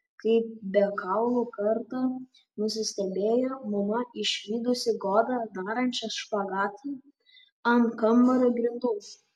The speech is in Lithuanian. kaip be kaulų kartą nusistebėjo mama išvydusi godą darančią špagatą ant kambario grindų